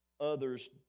others